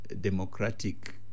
democratic